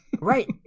Right